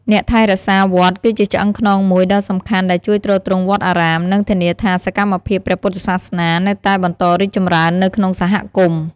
អ្នកថែរក្សាវត្តគឺជាឆ្អឹងខ្នងមួយដ៏សំខាន់ដែលជួយទ្រទ្រង់វត្តអារាម និងធានាថាសកម្មភាពព្រះពុទ្ធសាសនានៅតែបន្តរីកចម្រើននៅក្នុងសហគមន៍។